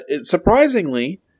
surprisingly